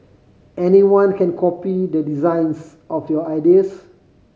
anyone can copy the designs of your ideas